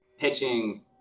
pitching